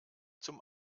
zum